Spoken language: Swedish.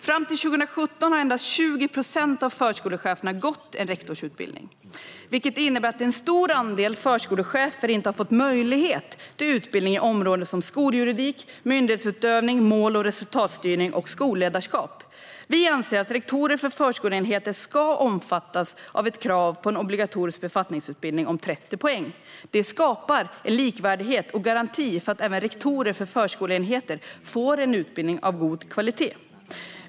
Fram till år 2017 har endast 20 procent av förskolecheferna gått en rektorsutbildning, vilket innebär att en stor andel förskolechefer inte har fått möjlighet till utbildning i områden som skoljuridik, myndighetsutövning, mål och resultatstyrning och skolledarskap. Vi anser att rektorer för förskoleenheter ska omfattas av ett krav på en obligatorisk befattningsutbildning om 30 poäng. Detta skapar en likvärdighet och en garanti för att även rektorer för förskoleenheter får en utbildning av god kvalitet.